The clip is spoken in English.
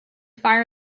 fire